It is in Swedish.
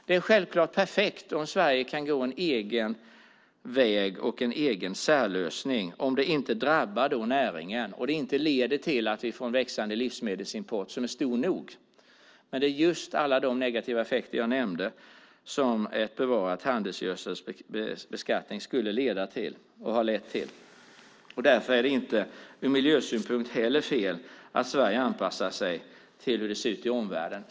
Det är självklart perfekt om Sverige kan gå en egen väg och ha en egen särlösning om det inte drabbar näringen och det inte leder till att vi får en växande livsmedelsimport. Den är stor nog. Men det är just alla de negativa effekter jag nämnde som en bevarad handelsgödselbeskattning har lett till och skulle leda till. Därför är det inte heller ur miljösynpunkt fel att Sverige anpassar sig till hur det ser ut i omvärlden.